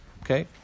Okay